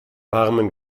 warmen